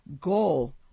goal